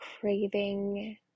craving